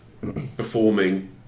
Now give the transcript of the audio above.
performing